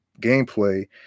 gameplay